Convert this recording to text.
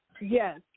Yes